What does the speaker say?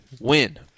win